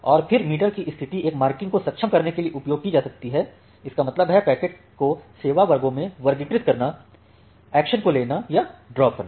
और फिर मीटर की स्थिति एक मार्किंग को सक्षम करने के लिए उपयोग की जा सकती है इसका मतलब है पैकेट को सेवा वर्गों में वर्गीकृत करना एक्शन को लेना या ड्राप करना